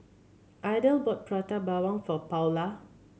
Idell bought Prata Bawang for Paula